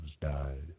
died